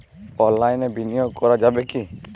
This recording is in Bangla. অনলাইনে বিনিয়োগ করা যাবে কি?